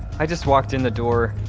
i just walked in the door.